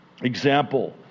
Example